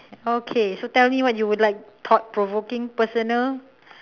okay so tell me what would you like thought provoking personal